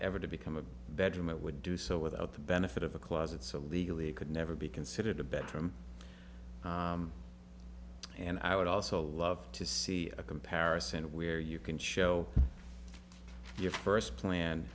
ever to become a bedroom it would do so without the benefit of a closet so legally it could never be considered a bedroom and i would also love to see a comparison where you can show your first plan